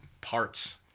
parts